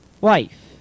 wife